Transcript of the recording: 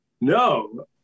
no